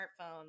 smartphones